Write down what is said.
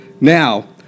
Now